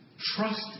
trust